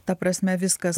ta prasme viskas